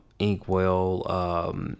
inkwell